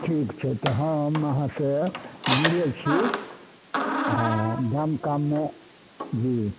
ठीक छै तऽ हम अहाँसँ मिलै छी हँ दाम ताममे जी